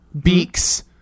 Beaks